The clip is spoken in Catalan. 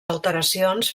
alteracions